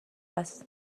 است